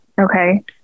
okay